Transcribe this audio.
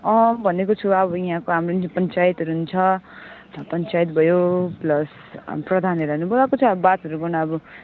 अँ भनेको छु अब यहाँको हाम्रो जुन पञ्चायतहरू पनि छ पञ्चायत भयो प्लस प्रधानहरूलाई पनि बोलाएको छ अब बातहरू गर्न अब